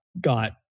got